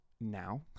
now